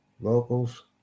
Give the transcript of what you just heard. Locals